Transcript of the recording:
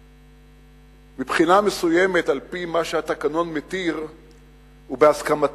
מבחינה מסוימת על-פי מה שהתקנון מתיר ובהסכמתו,